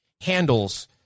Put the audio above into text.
handles